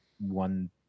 one